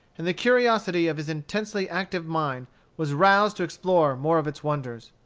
and the curiosity of his intensely active mind was roused to explore more of its wonders.